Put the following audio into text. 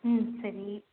ம் சரி